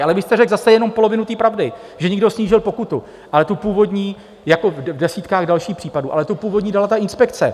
Ale vy jste řekl zase jenom polovinu té pravdy, že někdo snížil pokutu, ale tu původní jako v desítkách dalších případů tu původní dala ta inspekce.